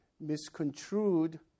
misconstrued